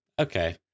Okay